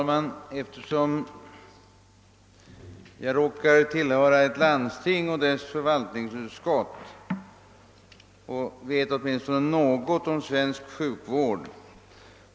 Herr talman! Jag råkar tillhöra ett landsting och dess förvaltningsutskott och vet åtminstone något om svensk sjukvård.